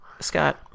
scott